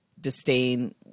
disdain